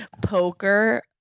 poker